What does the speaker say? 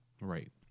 right